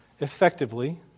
effectively